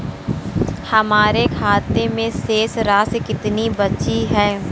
हमारे खाते में शेष राशि कितनी बची है?